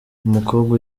umukobwa